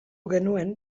genuen